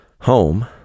Home